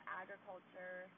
agriculture